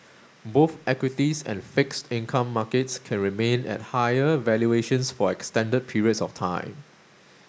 both equities and fixed income markets can remain at higher valuations for extended periods of time